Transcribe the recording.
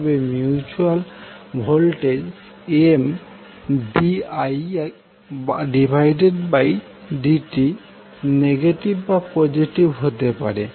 তবে mutual voltage Mdidt negative বা positive হতে পারে